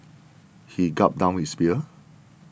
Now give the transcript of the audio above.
he gulped down his beers